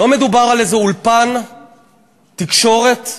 לא מדובר על איזה אולפן תקשורת סטרילי.